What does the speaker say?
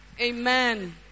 Amen